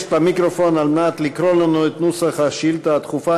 לגשת למיקרופון על מנת לקרוא לנו את נוסח השאילתה הדחופה